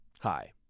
Hi